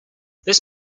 this